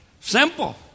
Simple